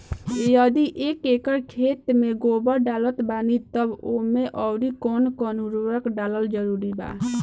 यदि एक एकर खेत मे गोबर डालत बानी तब ओमे आउर् कौन कौन उर्वरक डालल जरूरी बा?